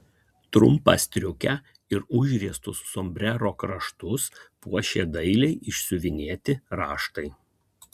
trumpą striukę ir užriestus sombrero kraštus puošė dailiai išsiuvinėti raštai